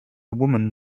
woman